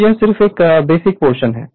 तो यह सिर्फ एक बेसिक पोर्शन है